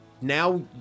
now